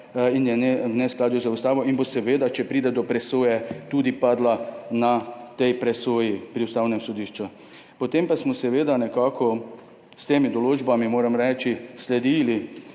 in je v neskladju z ustavo in bo, seveda, če pride do presoje, tudi padla na tej presoji pri Ustavnem sodišču. Potem pa smo seveda nekako s temi določbami, moram reči, sledili